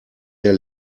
der